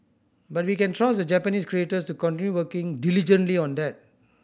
but we can trust the Japanese creators to continue working diligently on that